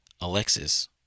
alexis